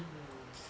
mm mm